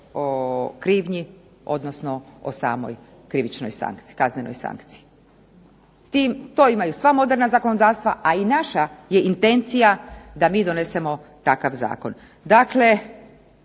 o krivnji, odnosno o samoj krivičnoj sankciji, kaznenoj sankciji. To imaju sva moderna zakonodavstva, a i naša je intencija da mi donesemo takav zakon.